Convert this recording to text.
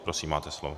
Prosím, máte slovo.